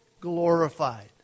glorified